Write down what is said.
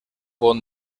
bon